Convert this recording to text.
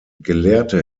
gelehrte